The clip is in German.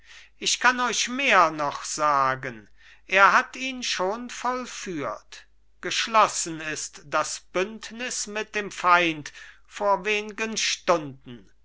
ich kann euch mehr noch sagen er hat ihn schon vollführt geschlossen ist das bündnis mit dem feind vor wengen stunden